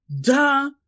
duh